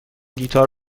گیتار